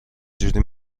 جوری